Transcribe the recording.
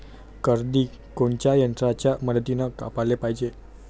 करडी कोनच्या यंत्राच्या मदतीनं कापाले पायजे?